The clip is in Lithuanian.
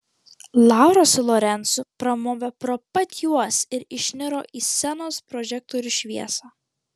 laura su lorencu pramovė pro pat juos ir išniro į scenos prožektorių šviesą